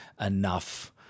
enough